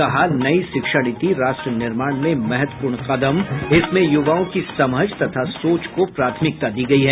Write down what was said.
कहा नई शिक्षा नीति राष्ट्र निर्माण में महत्वपूर्ण कदम इसमें युवाओं की समझ तथा सोच को प्राथमिकता दी गई है